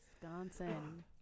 Wisconsin